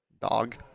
Dog